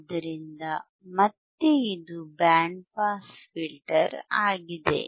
ಆದ್ದರಿಂದ ಮತ್ತೆ ಇದು ಬ್ಯಾಂಡ್ ಪಾಸ್ ಫಿಲ್ಟರ್ ಆಗಿದೆ